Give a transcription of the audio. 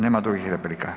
Nema drugih replika.